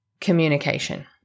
communication